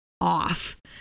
off